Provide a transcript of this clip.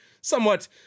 somewhat